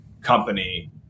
company